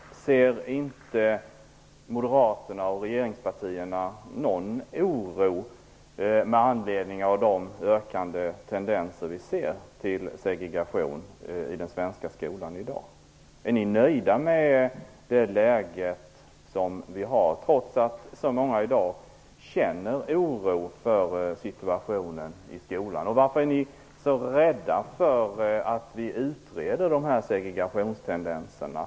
Hyser inte moderaterna och regeringspartierna någon oro med anledning av de tendenser vi ser till ökad segregation i den svenska skolan i dag? Är ni nöjda med det läge som vi har i dag, där så många känner oro för situationen i skolan? Varför är ni så rädda för att utreda de här segregationstendenserna?